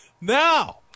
Now